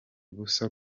ubusa